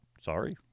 sorry